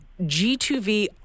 G2V